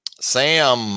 Sam